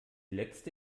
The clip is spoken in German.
letzte